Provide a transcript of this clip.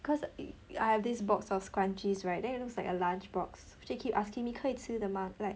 cause I have this box of scrunchies right then it looks like a lunch box so she keep asking me 可以吃的吗 like